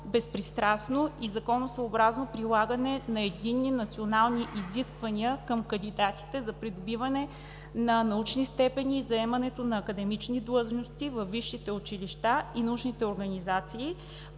безпристрастно и законосъобразно прилагане на единни национални изисквания към кандидатите за придобиване на научни степени и заемането на академични длъжности във висшите училища и научните организации,